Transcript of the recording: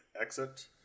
Exit